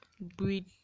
Breed